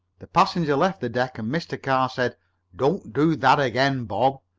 the passenger left the deck, and mr. carr said don't do that again, bob.